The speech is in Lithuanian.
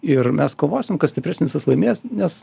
ir mes kovosim kas stipresnis tas laimės nes